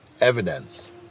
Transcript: evidence